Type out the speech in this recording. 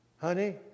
Honey